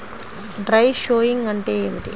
Dry sowing అంటే ఏమిటి?